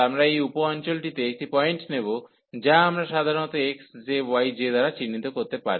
আমরা এই উপ অঞ্চলটিতে একটি পয়েন্ট নেব যা আমরা সাধারণত xj yj দ্বারা চিহ্নিত করতে পারি